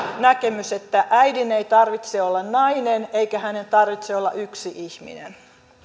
näkemys että äidin ei tarvitse olla nainen eikä hänen tarvitse olla yksi ihminen